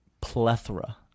plethora